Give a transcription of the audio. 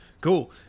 Cool